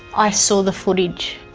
i saw the footage.